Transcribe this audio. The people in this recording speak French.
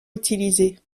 utilisés